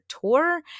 tour